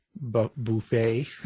buffet